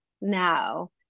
now